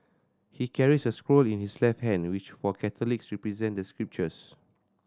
he carries a scroll in his left hand which for Catholics represent the scriptures